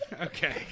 okay